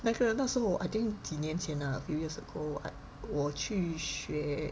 那个那时候 I think 几年前 lah a few years ago I 我去学